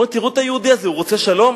תראו את היהודי הזה, הוא רוצה שלום?